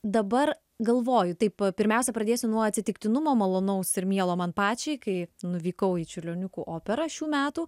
dabar galvoju taip pirmiausia pradėsiu nuo atsitiktinumo malonaus ir mielo man pačiai kai nuvykau į čiurlioniukų operą šių metų